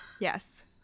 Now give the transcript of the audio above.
Yes